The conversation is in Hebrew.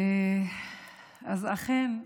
אכן,